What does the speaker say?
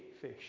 fish